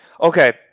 Okay